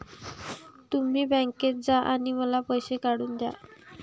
तुम्ही बँकेत जा आणि मला पैसे काढून दया